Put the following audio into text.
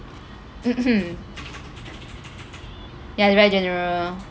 mmhmm ya the very general